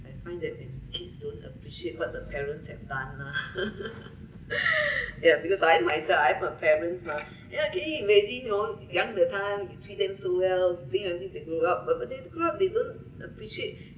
I find that when the kids don't appreciate what the parents have done lah ya because I myself I'm a parents mah yeah can you imagine you all young the time you see them so well until they grew up but they grow up they don't appreciate